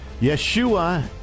Yeshua